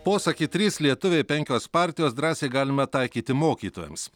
posakį trys lietuviai penkios partijos drąsiai galima taikyti mokytojams